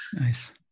Nice